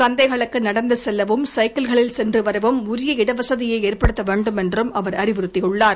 சந்தைகளுக்கு நடந்து செல்லவும் சைக்கிள்களில் சென்று வரவும் உரிய இடவசதியை ஏற்படுத்த வேண்டும் என்றும் அவர் அறிவுறுத்தியுள்ளார்